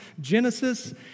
Genesis